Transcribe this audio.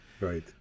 Right